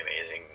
amazing